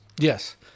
Yes